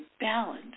balance